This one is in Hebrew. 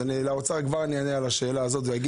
אני כבר אענה לאוצר על השאלה הזו ואומר